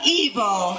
evil